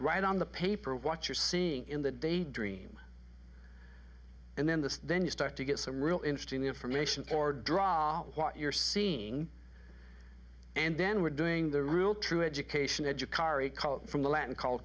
right on the paper what you're seeing in the day dream and then the then you start to get some real interesting information or drop what you're seeing and then we're doing the real true education edge of car a call from the land call